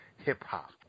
hip-hop